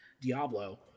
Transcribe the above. Diablo